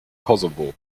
kosovo